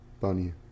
Bunny